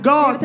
God